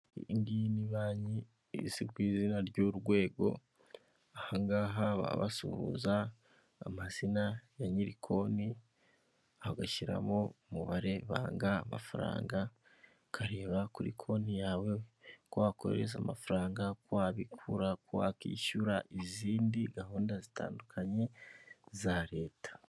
Iyi ngiyi ni banki izwi ku izina ry'Urwego. Aha ngaha baba basuhuza amazina ya nyiri konti, bagashyiramo umubare banga amafaranga, ukareba kuri konti yawe uko wakohereza amafaranga, uko wabikura, uko wakwishyura izindi gahunda zitandukanye za leta.